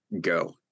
go